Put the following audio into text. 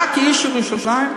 אתה כאיש ירושלים,